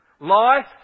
Life